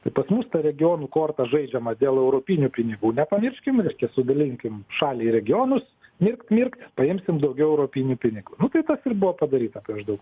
tai pas mus ta regionų korta žaidžiama dėl europinių pinigų nepamirškim reiškia sudalinkim šalį į regionus mirkt mirkt paimsim daugiau europinių pinigų nu tai tas ir buvo padaryta prieš daug